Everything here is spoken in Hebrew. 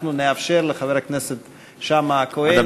אנחנו נאפשר לחבר הכנסת שאמה-הכהן לנאום במליאה.